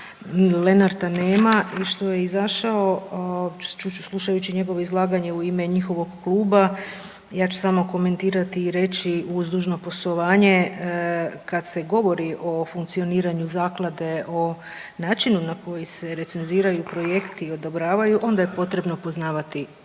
Lenarta nema i što je izašao, slušajući njegovo izlaganje u ime njihovog kluba, ja ću samo komentirati i reći uz dužno poštovanje, kad se govori o funkcioniranju zaklade, o načinu na koji se recenziraju projekti i odobravaju onda je potrebno poznavati prije